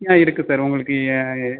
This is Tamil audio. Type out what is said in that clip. ஆமாம் இருக்கு சார் உங்களுக்கு